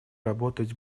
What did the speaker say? работать